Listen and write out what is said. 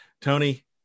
Tony